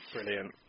Brilliant